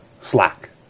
Slack